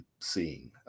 seeing